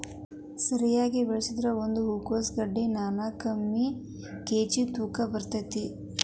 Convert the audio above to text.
ಸರಿಯಾಗಿ ಬೆಳಸಿದ್ರ ಒಂದ ಹೂಕೋಸ್ ಗಡ್ಡಿ ನಾಕ್ನಾಕ್ಕುವರಿ ಕೇಜಿ ತೂಕ ಬರ್ತೈತಿ